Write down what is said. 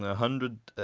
hundred.